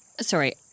sorry